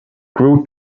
grew